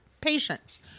patients